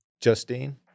Justine